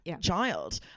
child